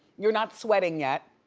you're not sweating yet.